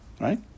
Right